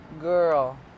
Girl